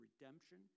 redemption